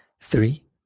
three